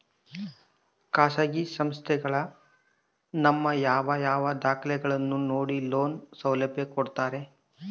ಖಾಸಗಿ ಸಂಸ್ಥೆಗಳು ನಮ್ಮ ಯಾವ ಯಾವ ದಾಖಲೆಗಳನ್ನು ನೋಡಿ ಲೋನ್ ಸೌಲಭ್ಯ ಕೊಡ್ತಾರೆ?